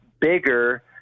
bigger